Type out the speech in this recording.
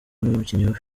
n’umukinnyikazi